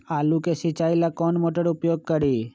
आलू के सिंचाई ला कौन मोटर उपयोग करी?